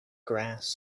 grass